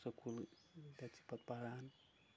school تَتہِ چھ پَتہٕ پَران